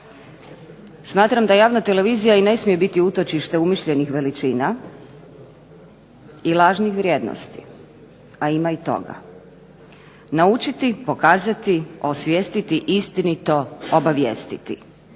Smatram da javna televizija i ne smije biti utočište umišljenih veličina i lažnih vrijednosti, a ima i toga. Naučiti, pokazati, osvijestiti, istinito obavijestiti.